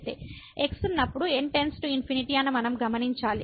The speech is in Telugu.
X ఉన్నప్పుడు n→∞ అని మనం గమనించాలి